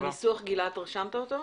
גלעד, רשמת את הניסוח?